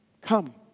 Come